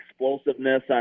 explosiveness